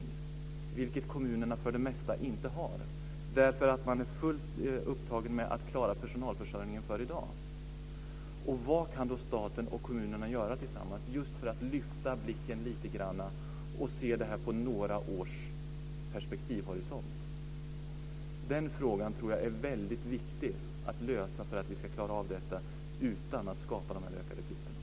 Det har inte kommunerna för det mesta, därför att de är fullt upptagna med att klara personalförsörjningen för i dag. Vad kan då staten och kommunerna göra tillsammans just för att lyfta blicken lite grann och se detta på några års perspektivhorisont? Den frågan tror jag är väldigt viktig att lösa för att vi ska klara av detta utan att skapa ökade klyftor.